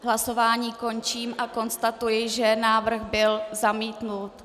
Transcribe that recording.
Hlasování (číslo 94) končím a konstatuji, že návrh byl zamítnut.